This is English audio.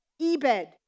Ebed